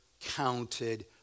counted